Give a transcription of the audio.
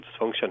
dysfunction